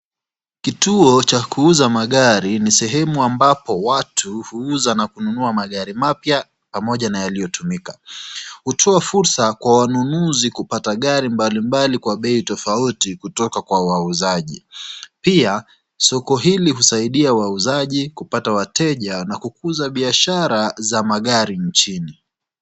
Kituo cha kuuza magari ni sehemu ambapo watu huuza na kununua magari mapya pamoja na yaliyotumika. Hutoa fursa kwa wanunuzi kupata magari mbalimbali kwa bei tofauti kutoka kwa wauzaji. Pia, soko hili husaidia wauzaji kupata wateja na kukuza biashara za magari nchini.